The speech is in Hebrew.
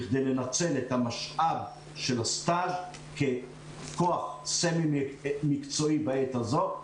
בשביל לנצל את המשאב של ההתמחות ככוח סמי מקצועי בעת הזאת.